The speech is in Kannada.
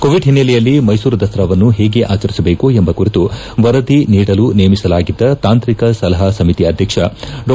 ಕೋವಿಡ್ ಹಿನ್ನೆಲೆಯಲ್ಲಿ ಮೈಸೂರು ದಸರಾವನ್ನು ಹೇಗೆ ಆಚರಿಸಬೇಕು ಎಂಬ ಕುರಿತು ವರದಿ ನೀಡಲು ನೇಮಿಸಲಾಗಿದ್ದ ತಾಂತ್ರಿಕ ಸಲಹಾ ಸಮಿತಿ ಅಧ್ಯಕ್ಷ ಡಾ